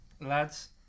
lads